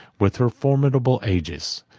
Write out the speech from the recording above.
with her formidable aegis,